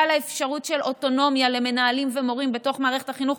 לאפשרות של אוטונומיה למנהלים ומורים בתוך מערכת החינוך,